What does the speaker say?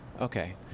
Okay